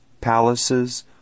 palaces